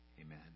Amen